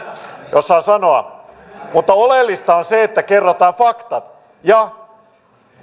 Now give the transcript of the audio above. saan sanoa oleellista on se että kerrotaan faktat ja